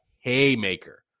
haymaker